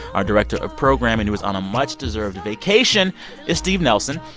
our director of programming who is on a much-deserved vacation is steve nelson.